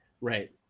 Right